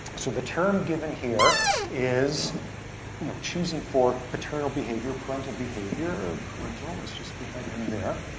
so the term given here is you know choosing for paternal behavior, parental behavior. parental, and let's just put that in there.